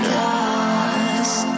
lost